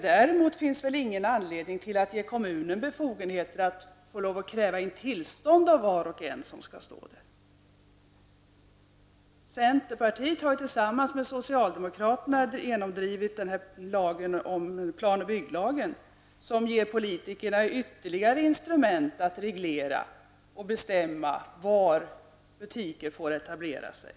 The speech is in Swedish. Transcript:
Däremot finns ingen anledning att ge kommuner befogenheter att kräva tillstånd av var och en som skall stå där och sälja. Centern har tillsammans med socialdemokraterna genomdrivit plan och bygglagen, som ger politikerna ytterligare ett instrument att reglera och bestämma var butiker får etablera sig.